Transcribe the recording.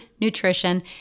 nutrition